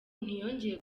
ntiyongeye